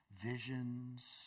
visions